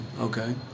Okay